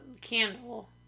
candle